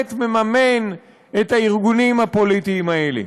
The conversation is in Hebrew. באמת מממן את הארגונים הפוליטיים האלה.